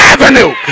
Avenue